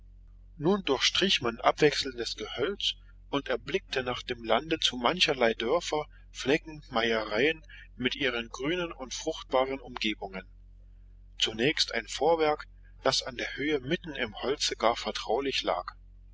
nun durchstrich man abwechselndes gehölz und erblickte nach dem lande zu mancherlei dörfer flecken meiereien mit ihren grünen und fruchtbaren umgebungen zunächst ein vorwerk das an der höhe mitten im holze gar vertraulich lag